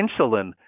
insulin